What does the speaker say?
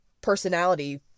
personality